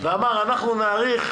אנחנו לא משנים את תנאי הזכאות,